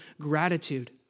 gratitude